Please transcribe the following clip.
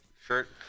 shirt